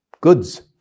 goods